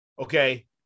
Okay